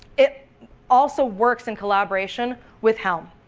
it also works in collaboration with helm,